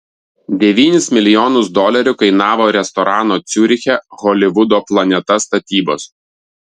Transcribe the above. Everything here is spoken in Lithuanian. devynis milijonus dolerių kainavo restorano ciuriche holivudo planeta statybos